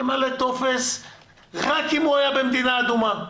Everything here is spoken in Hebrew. ימלא טופס רק אם הוא היה במדינה אדומה.